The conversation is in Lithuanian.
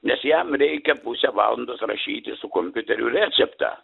nes jam reikia pusę valandos rašyti su kompiuteriu receptą